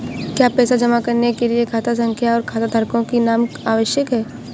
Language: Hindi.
क्या पैसा जमा करने के लिए खाता संख्या और खाताधारकों का नाम आवश्यक है?